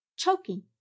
choking